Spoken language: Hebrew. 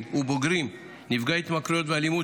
ובוגרים נפגעי התמכרויות ואלימות,